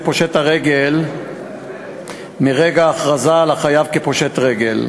פושט הרגל מרגע ההכרזה על החייב כפושט רגל.